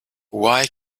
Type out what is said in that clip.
why